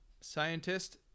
scientist